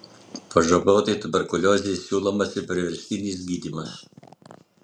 pažaboti tuberkuliozei siūlomas ir priverstinis gydymas